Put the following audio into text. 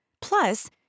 Plus